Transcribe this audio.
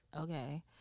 okay